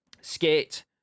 Skate